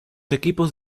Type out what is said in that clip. equipos